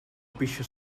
pixa